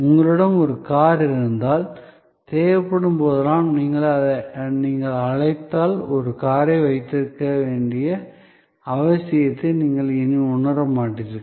உங்களிடம் ஒரு கார் இருந்தால் தேவைப்படும் போதெல்லாம் நீங்கள் அழைத்தால் ஒரு காரை வைத்திருக்க வேண்டிய அவசியத்தை நீங்கள் இனி உணர மாட்டீர்கள்